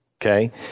okay